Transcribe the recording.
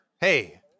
hey